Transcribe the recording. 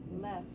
left